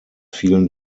vielen